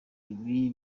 ibi